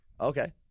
Okay